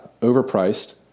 overpriced